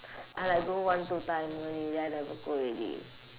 I like going one two time only then I never go already